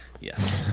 Yes